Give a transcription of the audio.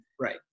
Right